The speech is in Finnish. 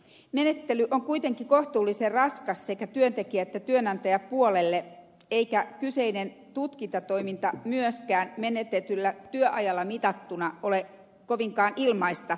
menettely on kuitenkin kohtuullisen raskas sekä työntekijä että työnantajapuolelle eikä kyseinen tutkintatoiminta myöskään menetetyllä työajalla mitattuna ole kovinkaan ilmaista